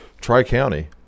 Tri-County